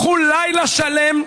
קחו לילה שלם,